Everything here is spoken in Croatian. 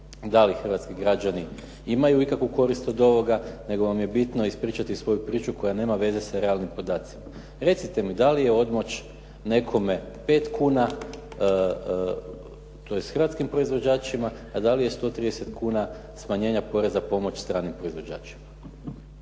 da li hrvatski građani imaju ikakvu korist od ovoga nego vam je bitno ispričati svoju priču koja nema veze sa realnim podacima. Recite mi da li je odmoć nekome 5 kuna tj. hrvatskim proizvođačima a da li je 130 kuna smanjenja poreza pomoć stranim proizvođačima.